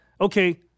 okay